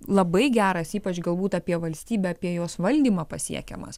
labai geras ypač galbūt apie valstybę apie jos valdymą pasiekiamas